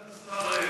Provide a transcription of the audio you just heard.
סגן השר,